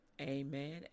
Amen